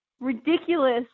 ridiculous